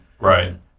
Right